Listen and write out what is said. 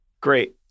Great